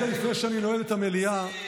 (הוראת שעה, חרבות ברזל),